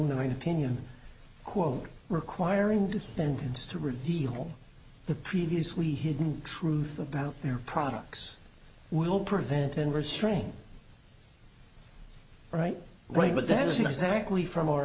one opinion on requiring the defendants to reveal the previously hidden truth about their products will prevent an restraint right right but that isn't exactly from our